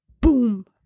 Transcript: boom